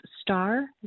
star